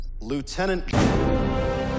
Lieutenant-